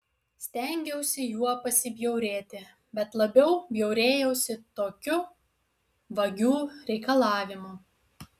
stengiausi juo pasibjaurėti bet labiau bjaurėjausi tokiu vagių reikalavimu